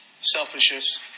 selfishness